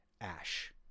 ash